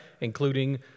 including